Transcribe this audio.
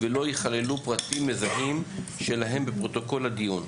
ולא ייכללו פרטים מזהים שלהם בפרוטוקול הדיון.